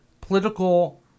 political